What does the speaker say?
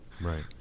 Right